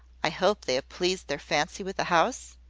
i hope they have pleased their fancy with a house?